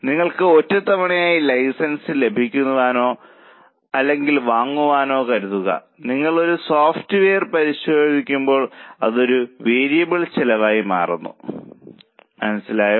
നിങ്ങൾക്ക് ഒറ്റത്തവണയായി ലൈസൻസ് ലഭിച്ചുവെന്നോ അല്ലെങ്കിൽ വാങ്ങിയെന്നോ കരുതുക നിങ്ങൾ ആ സോഫ്റ്റ്വെയർ പരിശോധിക്കുമ്പോൾ അത് ഒരു വേരിയബിൾ ചെലവായി മാറുന്നു മനസ്സിലായോ